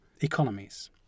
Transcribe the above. economies